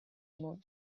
món